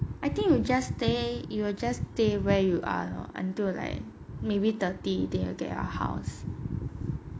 I think you just stay you will just stay where you are until like maybe thirty then you get your house